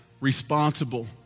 responsible